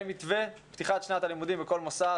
מתווה פתיחת שנת הלימודים בכל מוסד,